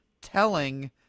telling